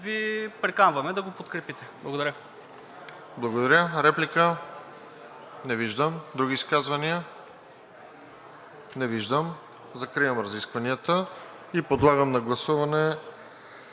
Ви приканваме да го подкрепите. Благодаря.